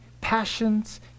passions